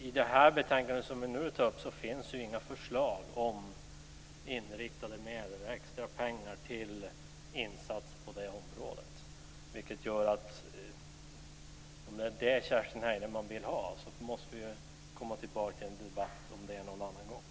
I det betänkande som vi nu behandlar finns inga förslag om riktade medel eller extra pengar till insatser på det området. Om det är det som Kerstin Heinemann vill ha, måste vi komma tillbaka i en debatt om det någon annan gång.